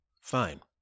fine